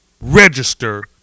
Register